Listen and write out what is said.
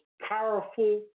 powerful